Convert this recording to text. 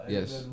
Yes